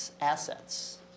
assets